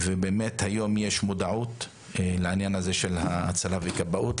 ובאמת היום יש מודעות לעניין הזה של הצלה וכבאות,